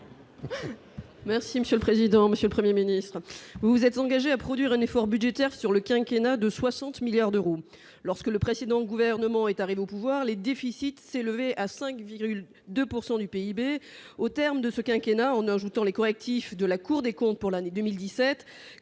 Merci monsieur le président, Monsieur le 1er ministre vous êtes engagé à produire un effort budgétaire sur le quinquennat de 60 milliards d'euros lorsque le précédent gouvernement, est arrivé au pouvoir, les déficits s'est levé à 5,2 pourcent du du PIB au terme de ce quinquennat en ajoutant les correctifs de la Cour des comptes pour l'année 2017,